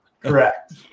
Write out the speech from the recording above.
Correct